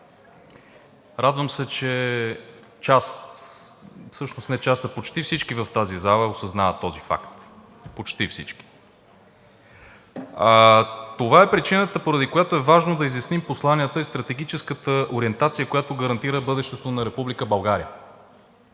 Радвам се, че почти всички в тази зала осъзнават този факт. Почти всички. Това е причината, поради която е важно да изясним посланията и стратегическата ориентация, която гарантира бъдещето на Република България.